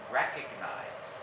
recognize